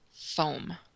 foam